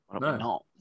no